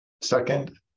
Second